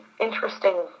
interesting